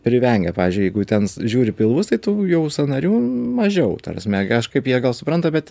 privengia pavyzdžiui jeigu ten žiūri pilvus tai tų jau sąnarių mažiau ta prasme kažkaip jie gal supranta bet